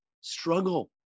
struggle